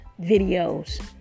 videos